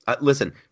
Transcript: Listen